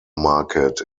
market